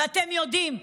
ואתם יודעים,